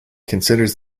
considers